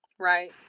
right